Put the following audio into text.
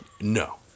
No